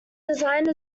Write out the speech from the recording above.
designed